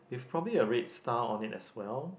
probably a red star on it as well